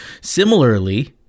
similarly